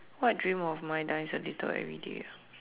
what dream of mine dies a little everyday ah